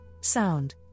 sound